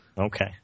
Okay